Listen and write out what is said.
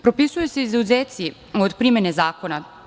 Propisuju se izuzeci od primene zakona.